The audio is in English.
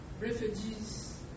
refugees